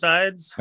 Sides